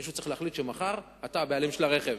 מישהו צריך להחליט שמחר אתה הבעלים של הרכב.